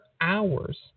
hours